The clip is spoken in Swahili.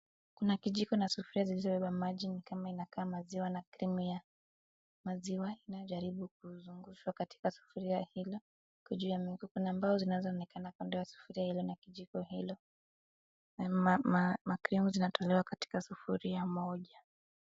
Kuna kijiko na sufuria zizoweba maji ni kama inakaa maziwa na krimu ya maziwa inayojaribu kuzungushwa katika sufuria hilo juu ya meko. Kuna mbao zinazoonekana kando ya sufuria hiyo na kijiko hilo na makrimu zinatolewa katika sufuria moja.